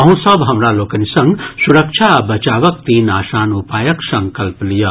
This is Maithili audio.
अहूँ सभ हमरा लोकनि संग सुरक्षा आ बचावक तीन आसान उपायक संकल्प लियऽ